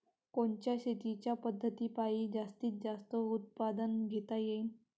कोनच्या शेतीच्या पद्धतीपायी जास्तीत जास्त उत्पादन घेता येईल?